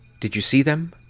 did you see them?